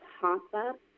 pop-up